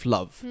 Love